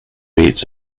rates